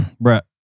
Brett